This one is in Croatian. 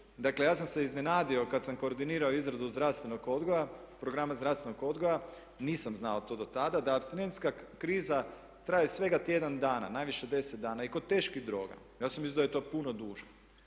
Dakle ja sam se iznenadio kada sam koordinirao izradu zdravstvenog odgoja, programa zdravstvenog odgoja, nisam znao to do tada da apstinentska kriza traje svega tjedan dana, najviše 10 dana i kod teških droga. Ja sam mislio da je to puno duže,